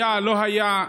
היה או לא היה,